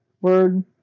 word